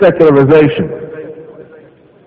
secularization